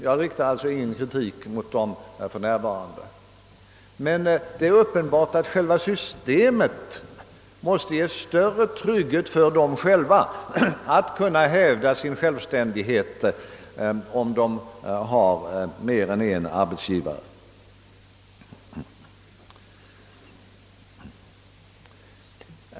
Jag riktar alltså ingen kritik mot den för närvarande. Men det är uppenbart att det måste finnas större trygghet för de anställda att kunna hävda sin självständighet, om det finns mer än en arbetsgivare hos vilken de kan tänkas få anställning.